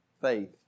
faith